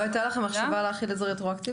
הייתה לכם מחשבה להחיל את זה רטרואקטיבית?